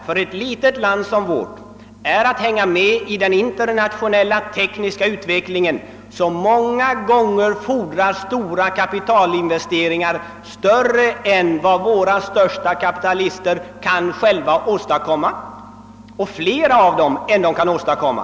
För ett litet land som vårt gäller det att hänga med i den internationella tekniska utvecklingen, som många gånger fordrar stora kapitalinvesteringar, större än vad våra största kapitalister själva kan åstadkomma, och dessutom flera kapitalinvesteringar än vad de kan åstadkomma.